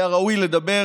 היה ראוי לדבר